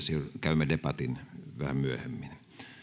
käymme debatin vähän myöhemmin